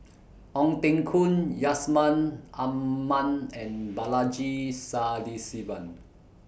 Ong Teng Koon Yusman Aman and Balaji Sadasivan